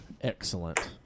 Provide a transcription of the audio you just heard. excellent